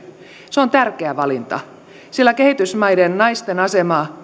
se on tärkeä valinta sillä kehitysmaiden naisten asemaa